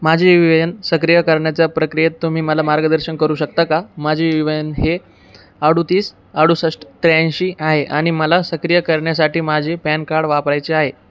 माझे U A N सक्रिय करण्याच्या प्रक्रियेत तुम्ही मला मार्गदर्शन करू शकता का माझे यू ए एन हे अडतीस अडुसष्ट त्र्याऐंशी आहे आणि मला सक्रिय करण्यासाठी माझे पॅन कार्ड वापरायचे आहे